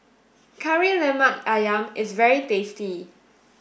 Kari Lemak Ayam is very tasty